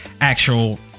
actual